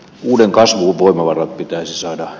uuden kasvun voimavarat pitäisi saada